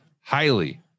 highly